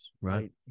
Right